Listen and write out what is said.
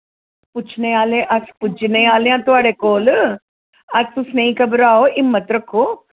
पुच्छने आह्ले अस पुज्जने आह्ले आं थोआढ़े कोल अस तुस नेईं घबराओ हिम्मत रक्खो